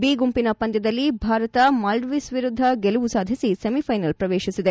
B ಗುಂಪಿನ ಪಂದ್ಯದಲ್ಲಿ Bharat Maldives ವಿರುದ್ಧ ಗೆಲುವು ಸಾಧಿಸಿ ಸೆಮಿಷೈನಲ್ಲ್ ಪ್ರವೇಶಿಸಿದೆ